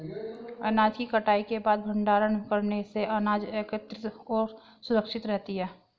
अनाज की कटाई के बाद भंडारण करने से अनाज एकत्रितऔर सुरक्षित रहती है